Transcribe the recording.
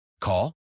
Call